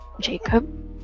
jacob